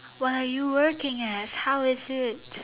what are you working as how is it